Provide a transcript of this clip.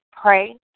pray